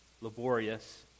laborious